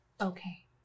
Okay